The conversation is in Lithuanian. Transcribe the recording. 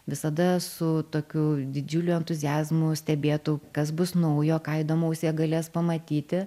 visada su tokiu didžiuliu entuziazmu stebėtų kas bus naujo ką įdomaus jie galės pamatyti